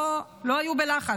לא, לא הייתה בלחץ,